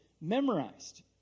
memorized